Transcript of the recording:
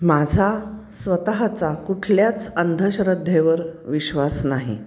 माझा स्वतःचा कुठल्याच अंधश्रद्धेवर विश्वास नाही